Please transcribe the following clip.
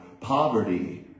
poverty